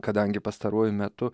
kadangi pastaruoju metu